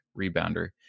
rebounder